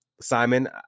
Simon